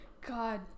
God